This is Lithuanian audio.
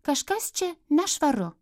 kažkas čia nešvaru